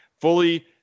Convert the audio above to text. fully